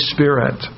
Spirit